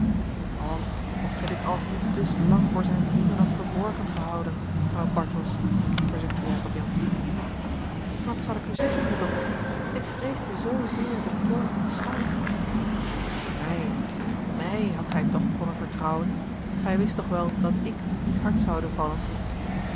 och oft gij dit alles niet dus lang voor zijne vrienden hadt verborgen gehouden vrouw bartels verzuchtte jacob jansz wat zal ik u zeggen heer dokter ik vreesde zoozeer den toorn van den schout mij mij hadt gij het toch konnen vertrouwen gij wist toch wel dat ik u niet hard zoude vallen